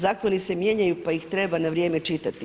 Zakoni se mijenjaju pa ih treba na vrijeme čitati.